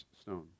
stone